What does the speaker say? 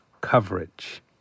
coverage